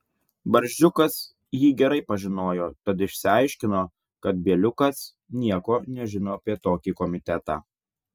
barzdžiukas jį gerai pažinojo tad išsiaiškino kad bieliukas nieko nežino apie tokį komitetą